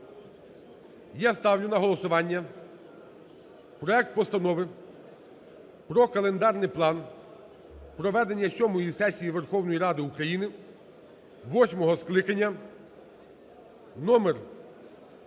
я ставлю на голосування проект Постанови про календарний план проведення сьомої сесії Верховної Ради України восьмого скликання (№